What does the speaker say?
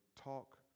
talk